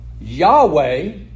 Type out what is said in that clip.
Yahweh